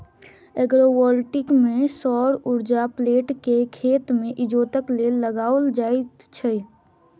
agrovoltaic मे सौर उर्जाक प्लेट के खेत मे इजोतक लेल लगाओल जाइत छै